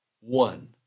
one